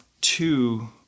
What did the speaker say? two